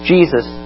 Jesus